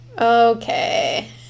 okay